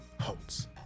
Holtz